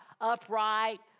upright